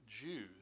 Jews